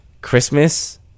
Christmas